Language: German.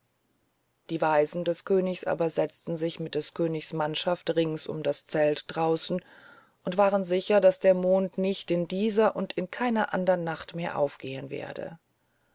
die weisen des königs aber setzten sich mit des königs mannschaften rings um das zelt draußen und waren sicher daß der mond nicht in dieser und in keiner nacht mehr aufgehen werde